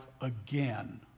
again